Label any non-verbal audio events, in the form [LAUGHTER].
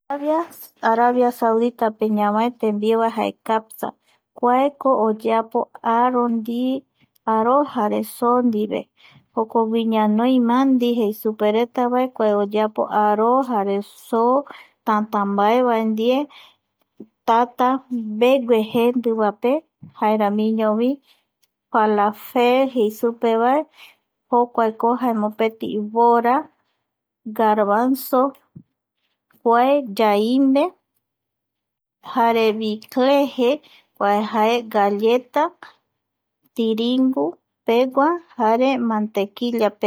[HESITATION] Arabia Sauditape ñavae tembiu [NOISE] jae capsa, kuako oyeapo aro, aró jare só ndive jokogui ñanoi mandi jei supereta kuako oyeapo aró jare so tätä mbaeva ndie tata mbegue jendivape jaeramiñovi palafec jei supe vae jokuako jae mopeti vora, garbanzo kuae yaimbe jarevi cleje kuae jae galleta tiringu pegua jare matequillape. [HESITATION]